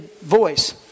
voice